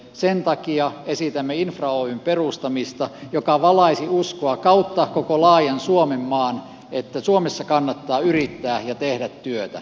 sen takia esitämme infra oyn perustamista joka valaisi uskoa kautta koko laajan suomenmaan että suomessa kannattaa yrittää ja tehdä työtä